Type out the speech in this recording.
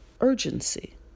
urgency